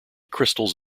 crystals